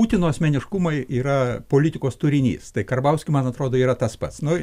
putino asmeniškumai yra politikos turinys tai karbauskio man atrodo yra tas pats nu